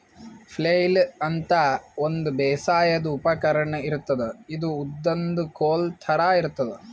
flail ಅಂತಾ ಒಂದ್ ಬೇಸಾಯದ್ ಉಪಕರ್ಣ್ ಇರ್ತದ್ ಇದು ಉದ್ದನ್ದ್ ಕೋಲ್ ಥರಾ ಇರ್ತದ್